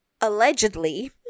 Allegedly